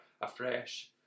afresh